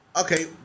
Okay